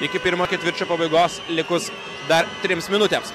iki pirmo ketvirčio pabaigos likus dar trims minutėms